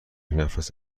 نفس